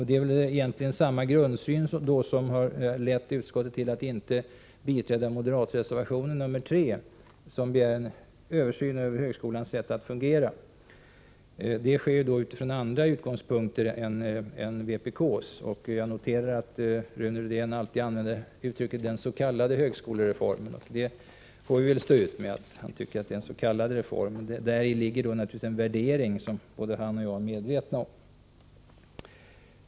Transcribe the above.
Det är egentligen samma grundsyn som har lett utskottet till att inte heller biträda de förslag som ligger till grund för reservationen nr 3 från moderaterna, där man yrkar på en översyn av högskolans sätt att fungera. Man föreslår detta utifrån andra utgångspunkter än vpk:s. Jag noterar att Rune Rydén alltid använder uttrycket den s.k. högskolereformen. Vi får väl stå ut med att Rune Rydén tycker att det är en s.k. reform. Däri ligger naturligtvis en värdering som både han och jag är medvetna om.